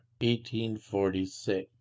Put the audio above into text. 1846